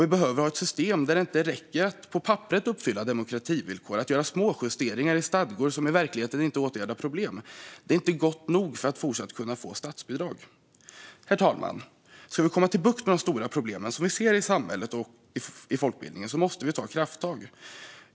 Vi behöver ha ett system där det inte räcker att uppfylla demokrativillkor på papperet eller att göra småjusteringar i stadgar som i verkligheten inte åtgärdar problem. Det är inte gott nog för att fortsatt kunna få statsbidrag. Herr talman! Om vi ska få bukt med de stora problem vi ser i samhället och inom folkbildningen måste vi ta krafttag.